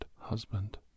husband